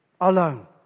alone